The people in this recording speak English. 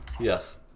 Yes